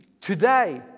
Today